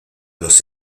los